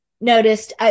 noticed